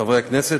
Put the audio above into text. חברי הכנסת,